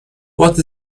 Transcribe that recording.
what